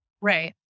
Right